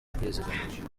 kwizigamira